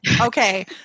Okay